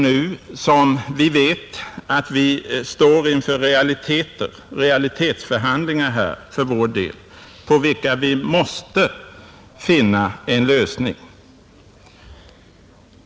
Nu vet vi också att vi står inför realitetsförhandlingar för vår del, på vilka vi måste finna en lösning.